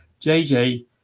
JJ